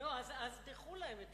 אז ידחו להם את